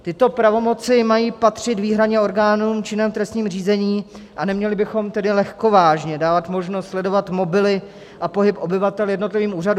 Tyto pravomoci mají patřit výhradně orgánům činným v trestném řízení a neměli bychom tedy lehkovážně dávat možnost sledovat mobily a pohyb obyvatel jednotlivým úřadům.